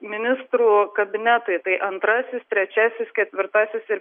ministrų kabinetai tai antrasis trečiasis ketvirtasis ir